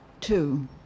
Two